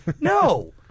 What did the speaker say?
No